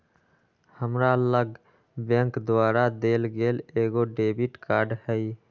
हमरा लग बैंक द्वारा देल गेल एगो डेबिट कार्ड हइ